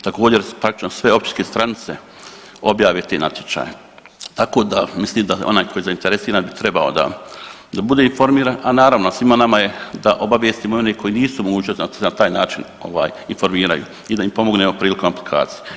Također praktično sve općinske stranice objave te natječaje, tako da mislim da onaj tko je zainteresiran bi trebao da bude informiran, a naravno na svima nama je da obavijestio i one koji nisu u mogućnosti da se na taj način ovaj informiraju i da im pomognemo prilikom aplikacije.